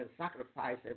sacrifice